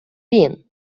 він